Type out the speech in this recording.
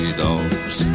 dogs